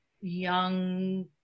young